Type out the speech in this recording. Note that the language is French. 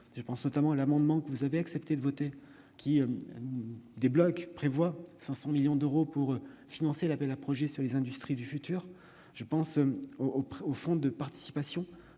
Je pense notamment à l'amendement que vous avez accepté de voter prévoyant de débloquer 500 millions d'euros pour financer l'appel à projets pour les industries du futur. Je pense au fonds de participation